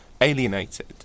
alienated